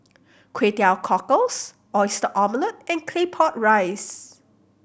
Kway Teow Cockles Oyster Omelette and Claypot Rice